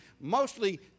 mostly